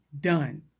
done